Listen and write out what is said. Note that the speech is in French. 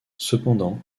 cependant